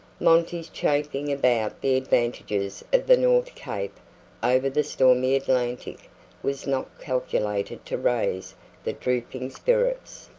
monty's chafing about the advantages of the north cape over the stormy atlantic was not calculated to raise the drooping spirits,